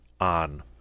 on